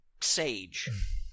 sage